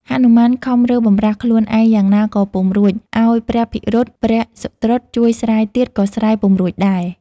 ហនុមានខំរើបម្រះខ្លួនឯងយ៉ាងណាក៏ពុំរួចឱ្យព្រះភិរុត ព្រះសុត្រុតជួយស្រាយទៀតក៏ស្រាយពុំរួចដែរ។